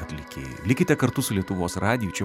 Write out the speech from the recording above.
atlikėjai likite kartu su lietuvos radiju čia pakartot